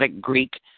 Greek